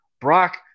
brock